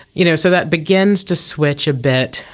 you know so that begins to switch a bit,